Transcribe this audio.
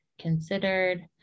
considered